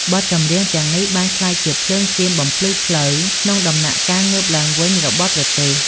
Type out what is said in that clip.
បទចម្រៀងទាំងនេះបានក្លាយជា ភ្លើងទៀនបំភ្លឺផ្លូវ ក្នុងដំណាក់កាលងើបឡើងវិញរបស់ប្រទេស។